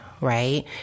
Right